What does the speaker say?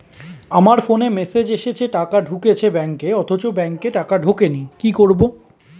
আমার ফোনে মেসেজ এসেছে টাকা ঢুকেছে ব্যাঙ্কে অথচ ব্যাংকে টাকা ঢোকেনি কি করবো?